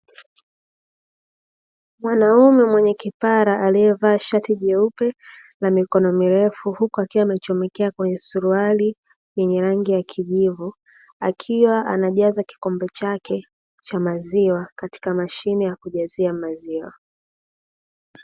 Mwanaume mwenye kipara, aliyevaa shati jeupe na mikono mirefu, huku akiwa amechomekea kwenye suruali yenye rangi ya kijivu, akiwa anajaza kikombe chake cha maziwa katika mashine ya kujazia maziwa.